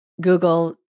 Google